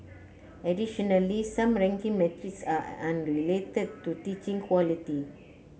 additionally some ranking metrics are unrelated to teaching quality